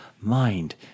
mind